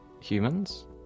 Humans